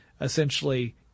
essentially